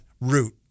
root